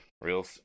Real